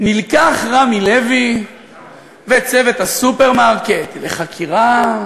נלקחו רמי לוי וצוות הסופרמרקט לחקירה,